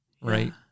right